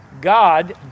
god